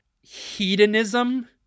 hedonism